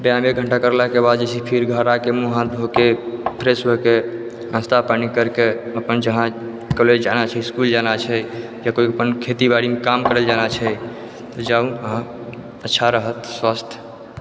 व्यायाम एक घण्टा करलाके बाद जे छै फिर घर आके मुँह हाथ धोके फ्रेश होके नास्ता पानि करके अपन जहाँ कॉलेज जाना छै इसकुल जाना छै या कोइ अपन खेती बारीके काम करै जाना छै तऽ जाउ अहाँ अच्छा रहत स्वास्थ